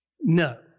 No